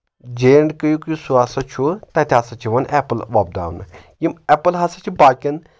J and K یُک یُس سُہ ہسا چھُ تَتہِ ہسا چھُ یِوان ایٚپٕل وۄپداونہٕ یِم ایٚپٕل ہسا چھِ باقین